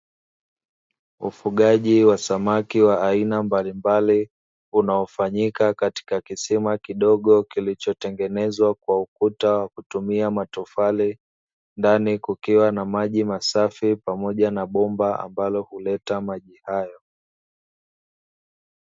Ufugaji wa samaki wa aina mbalimbali, unaofanyika katika kisima kidogo kilicho tengenezwa na ukuta kwa kutumia matofali, ndani kukiwa na maji masafi pamoja na bomba ambalo huleta maji hayo.